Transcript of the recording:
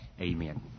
Amen